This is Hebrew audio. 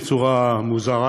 בצורה מוזרה,